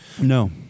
No